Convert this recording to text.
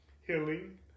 healing